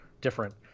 different